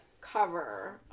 cover